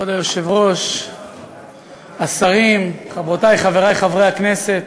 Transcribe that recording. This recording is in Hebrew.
כבוד היושב-ראש, השרים, חברותי וחברי חברי הכנסת,